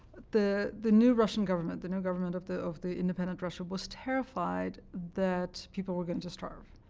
the the new russian government, the new government of the of the independent russia, was terrified that people were going to starve,